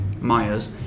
Myers